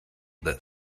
that